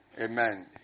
Amen